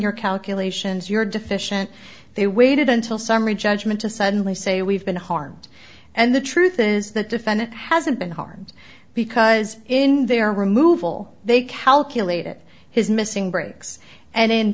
your calculations you're deficient they waited until summary judgment to suddenly say we've been harmed and the truth is the defendant hasn't been harmed because in their removal they calculate it his missing breaks and